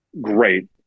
great